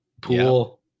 pool